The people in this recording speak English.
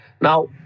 Now